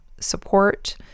support